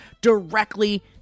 directly